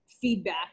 feedback